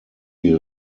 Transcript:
die